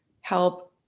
help